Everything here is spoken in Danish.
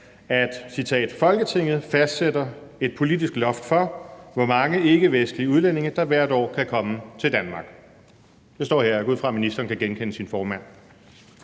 – »Folketinget fastsætter et politisk loft for, hvor mange ikke-vestlige udlændinge, der hvert år kan komme til Danmark«. Det står her, og jeg går ud fra, at ministeren kan genkende sin formand.